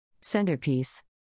Centerpiece